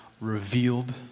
revealed